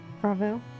bravo